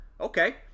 Okay